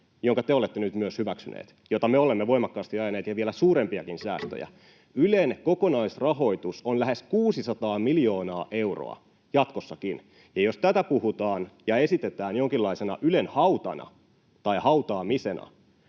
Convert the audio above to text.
jonka te olette nyt myös hyväksyneet ja jota me olemme voimakkaasti ajaneet ja vielä suurempiakin säästöjä. Ylen kokonaisrahoitus on lähes 600 miljoonaa euroa jatkossakin, ja jos tätä puhutaan ja esitetään jonkinlaisena Ylen hautana tai hautaamisena,